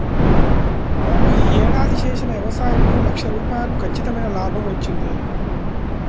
మాకు యీ ఏడాది చేసిన యవసాయంలో లక్ష రూపాయలు ఖచ్చితమైన లాభం వచ్చింది